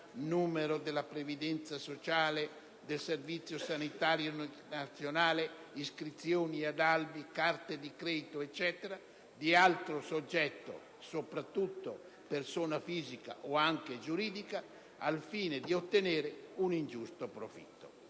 numero della previdenza sociale o del Servizio sanitario nazionale, iscrizioni ad albi, carte di credito, eccetera) di altro soggetto (soprattutto persona fisica o anche giuridica) al fine di ottenere un ingiusto profitto.